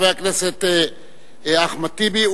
חבר הכנסת אחמד טיבי.